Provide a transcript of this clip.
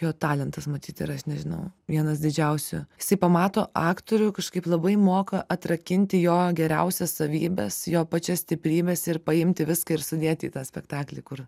jau talentas matyt ir aš nežinau vienas didžiausių jisai pamato aktorių kažkaip labai moka atrakinti jo geriausias savybes jo pačias stiprybes ir paimti viską ir sudėti į tą spektaklį kur